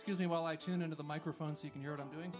excuse me while i tune into the microphone so you can hear it i'm doing